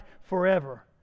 forever